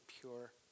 pure